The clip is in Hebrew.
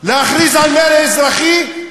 להכריז על מרי אזרחי?